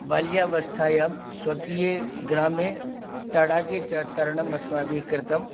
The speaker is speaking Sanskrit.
बाल्यावस्थायाम् स्वकीये ग्रामे तडागे च तरणम् अस्माभिः कृतं